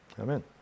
amen